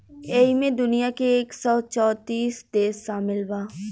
ऐइमे दुनिया के एक सौ चौतीस देश सामिल बा